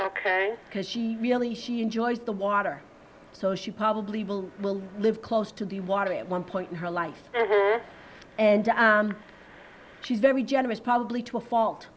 ok because she really she enjoys the water so she probably will live close to the water at one point in her life and she's very generous probably to a fault